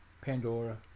Pandora